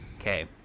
Okay